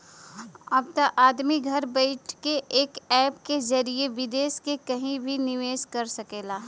अब त आदमी घर बइठे एक ऐप के जरिए विदेस मे कहिं भी निवेस कर सकेला